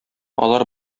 алар